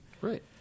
Right